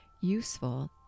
useful